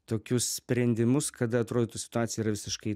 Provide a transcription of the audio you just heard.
tokius sprendimus kad atrodytų situacija yra visiškai